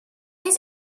his